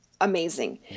amazing